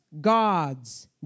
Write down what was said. God's